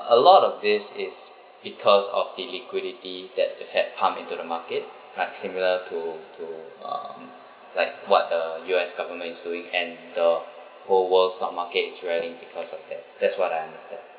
a lot of this is because of the liquidity that the had pumped into the market type similar to to uh like what the U_S government is doing and the whole world stock markets is railing because of that that's what I understand